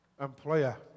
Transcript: employer